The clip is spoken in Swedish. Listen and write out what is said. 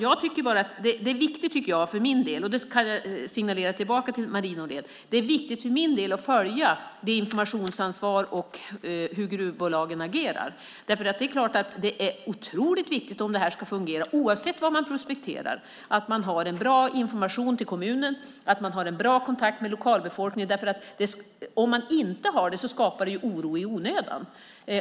För min del är det viktigt - och det kan jag signalera tillbaka till Marie Nordén - att följa det informationsansvar som finns och hur gruvbolagen agerar. Det är otroligt viktigt att detta fungerar oavsett var man prospekterar. Man ska ha en bra information till kommunen och bra kontakt med lokalbefolkningen. Om man inte har det skapar det oro i onödan.